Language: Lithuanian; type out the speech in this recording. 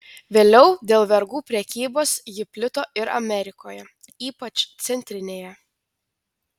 vėliau dėl vergų prekybos ji plito ir amerikoje ypač centrinėje